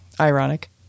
ironic